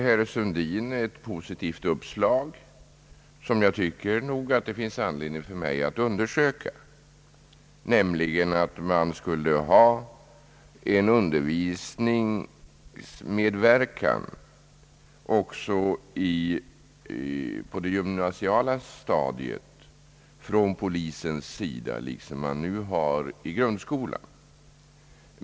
Herr Sundin lämnade ett positivt uppslag som jag tycker att det finns anledning för mig att undersöka, nämligen att skolan genom sin undervisning skulle medverka också på det gymnasiala stadiet på samma sätt som i grundskolan.